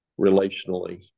relationally